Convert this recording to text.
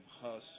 Hustle